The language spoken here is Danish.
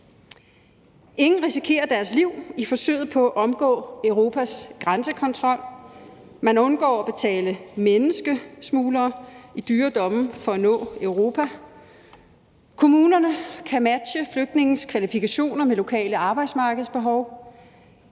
Ingen risikerer deres liv i forsøget på at omgå Europas grænsekontrol, man undgår at betale menneskesmuglere i dyre domme for at nå Europa, og kommunerne kan matche flygtninges kvalifikationer med lokale arbejdsmarkedsbehov.